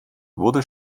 wurde